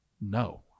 No